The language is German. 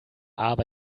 aber